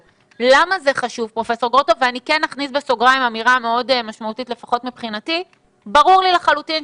עם רעיון מסדר ברור ואחיד לכולם,